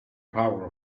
power